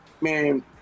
Man